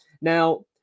Now